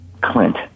Clint